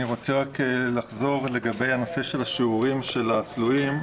אני רוצה לחזור לגבי הנושא של השיעורים של התלויים.